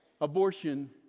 abortion